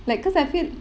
like because I feel